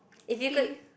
tea